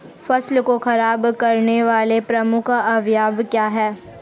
फसल को खराब करने वाले प्रमुख अवयव क्या है?